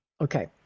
okay